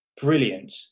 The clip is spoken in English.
brilliant